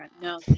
no